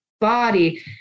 Body